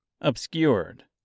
obscured